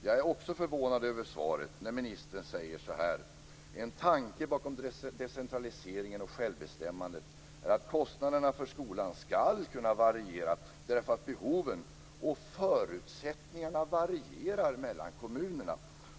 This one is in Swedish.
Jag är också förvånad över svaret när ministern säger så här: En tanke bakom decentraliseringen och självbestämmandet är att kostnaderna för skolan ska kunna variera därför att behoven och förutsättningarna varierar mellan kommunerna.